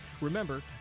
Remember